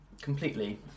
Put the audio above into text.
Completely